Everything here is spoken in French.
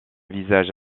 visage